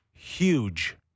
Huge